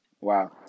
Wow